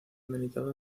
militado